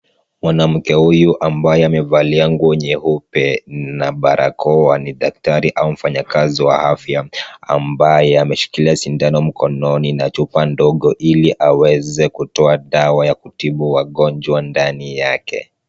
Mwanamke huyu ambaye amevalia nguo nyeupe na barakoa ni daktari au mfanyakazi wa afya, ambaye ameshikilia sindano mkononi na chupa ndogo ili aweze kutoa dawa ya kutibu wagonjwa ndani yake.